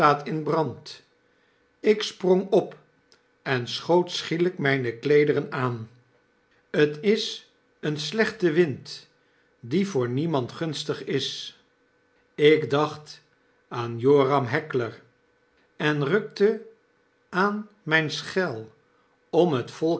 in brand ik sprong op en schoot schielyk myne kleederen aan t is een slechte wind die voor niemand gunstig is ik dacht aan joram heckler en rukte aan myn schel om het